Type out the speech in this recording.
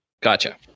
Gotcha